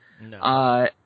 No